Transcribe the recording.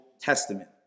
Testament